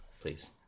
please